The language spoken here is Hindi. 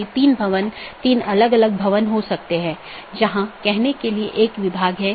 यह ओपन अपडेट अधिसूचना और जीवित इत्यादि हैं